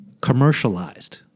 commercialized